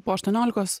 po aštuoniolikos